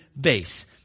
base